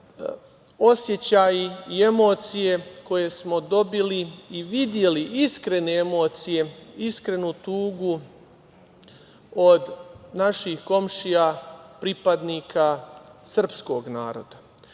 osećaj i emocije koje smo dobili i videli iskrene emocije, iskrenu tugu od naših komšija pripadnika sprskog naroda. Posebno